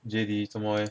J_D 做么 leh